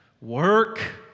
work